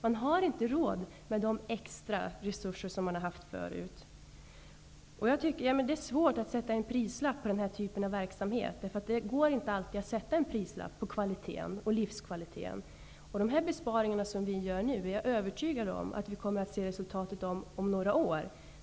Man har inte råd med de ''extra'' resurser som har funnits tidigare. Det är svårt att sätta en prislapp på den typen av verksamhet. Det går inte alltid att sätta en prislapp på livskvalitet. Jag är övertygad om att resultatet av de besparingar som görs nu kommer att visa sig om några år.